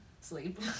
Sleep